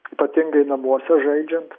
ypatingai namuose žaidžiant